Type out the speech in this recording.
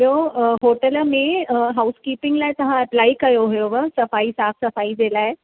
ॿियो होटल में house keeping लाइ तव्हां अपलाइ कयो हुयव सफ़ाई साफ़ सफ़ाई जे लाइ